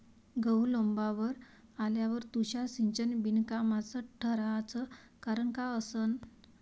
गहू लोम्बावर आल्यावर तुषार सिंचन बिनकामाचं ठराचं कारन का असन?